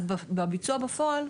אז בביצוע בפועל,